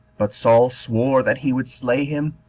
but saul sware that he would slay him,